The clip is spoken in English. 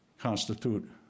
constitute